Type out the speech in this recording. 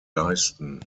leisten